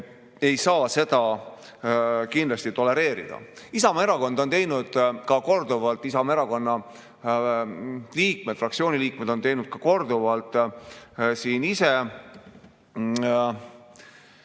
ei saa seda kindlasti tolereerida. Isamaa Erakond on teinud korduvalt, ka Isamaa Erakonna liikmed, fraktsiooni liikmed on teinud korduvalt ise